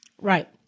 Right